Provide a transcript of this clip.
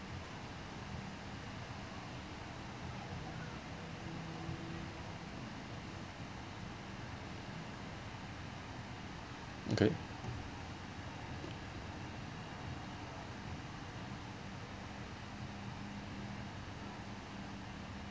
good